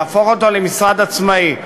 להפוך אותו למשרד עצמאי,